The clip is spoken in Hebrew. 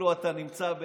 אפילו פוליטית זה לא